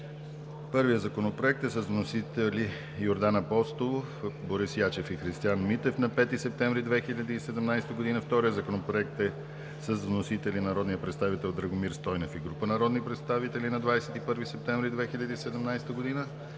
Първият Законопроект е с вносители Йордан Апостолов, Борис Ячев и Христиан Митев на 5 септември 2017 г.; вторият Законопроект е с вносители народният представител Драгомир Стойнев и група народни представители на 21 септември 2017 г.;